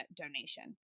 donation